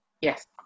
yes